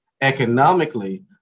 economically